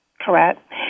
Correct